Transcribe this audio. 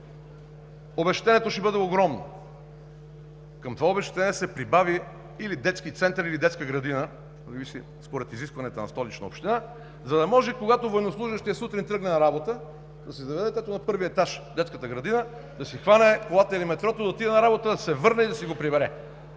Обезщетението ще бъде огромно. Към това обезщетение да се прибави или детски център, или детска градина – според изискванията на Столична община, за да може, когато военнослужещият сутрин тръгне на работа, да си заведе детето на първия етаж в детската градина, да си хване колата или метрото, да отиде на работа, да се върне и да си го прибере,